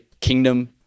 kingdom